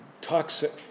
Toxic